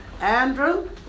Andrew